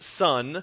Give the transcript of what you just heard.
son